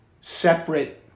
separate